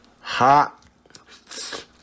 hot